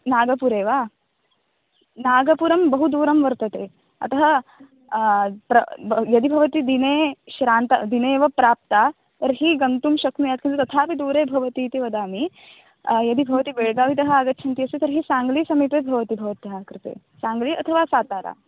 नागपुरे वा नागपुरं बहुदूरं वर्तते अतः यदि भवती दिने श्रान्ता दिने एव प्राप्ता तर्हि गन्तुं शक्नुयात् किन्तु तथा दूरे एव भवति इति वदामि यदि भवती बेलगावितः आगच्छन्ती अस्ति तर्हि साङ्ग्ली समीपे भवति भवत्याः कृते साङ्ग्ली अथवा सातारा